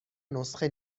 نسخه